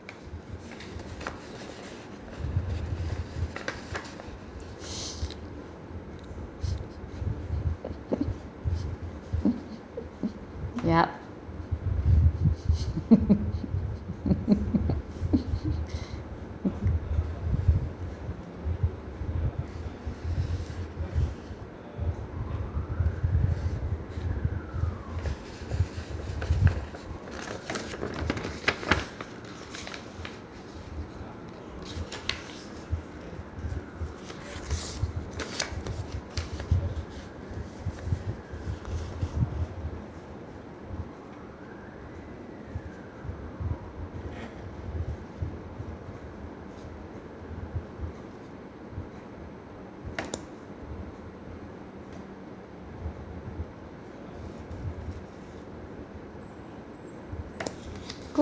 ya good